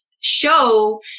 show